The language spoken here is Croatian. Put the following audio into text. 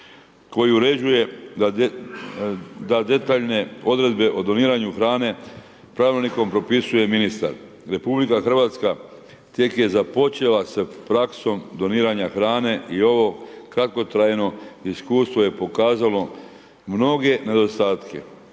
koji uređuje da detaljne odredbe o doniranju hrane pravilnikom propisuje ministar. RH tek je započela sa praksom doniranja hrane i ovo kratkotrajno iskustvo je pokazalo mnoge nedostatke.